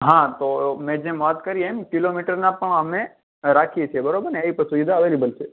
હા તો મેં જેમ વાત કરી એમ કિલોમીટરના પણ અમે રાખીએ છીએ બરાબરને એ સુવિધા પણ અવેલેબલ છે